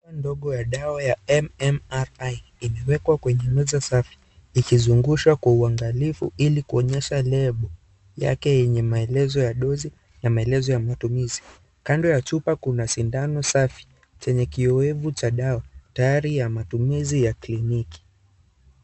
Chupa ndogo dawa ya MMRI imewekwa kwenye meza safi ikizungushwa kwa uangalifu ili kuonyesha lebo yake yenye maelezo ya dosi na maelezo ya matumizi. Mbele ya chupa kuna sindano safi chenye kiowevu cha dawa tayari ya matumizi ya kliniki.